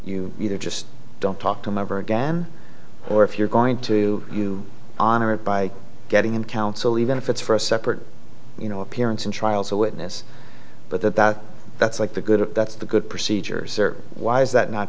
you either just don't talk to him ever again or if you're going to you honor it by getting him counsel even if it's for a separate you know appearance and trials a witness but that that that's like the good at that's the good procedures or why is that not